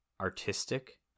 artistic